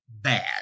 bad